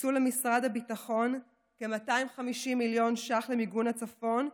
הוקצו למשרד הביטחון כ-250 מיליון ש"ח למיגון הצפון,